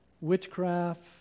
witchcraft